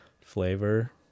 flavor